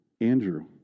Andrew